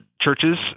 churches